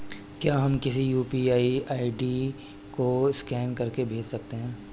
क्या हम किसी यू.पी.आई आई.डी को स्कैन करके पैसे भेज सकते हैं?